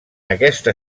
aquesta